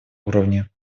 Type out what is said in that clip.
уровне